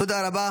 תודה רבה.